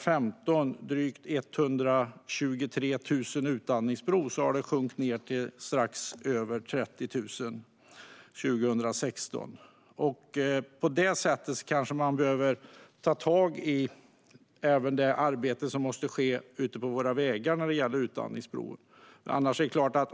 Från drygt 123 000 utandningsprov år 2015 har det sjunkit ned till strax över 30 000 år 2016. Därför kanske man behöver ta tag i även det arbete som måste ske ute på våra vägar när det gäller utandningsprov.